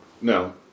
No